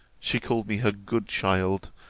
she called me her good child,